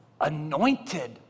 Anointed